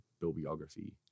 Bibliography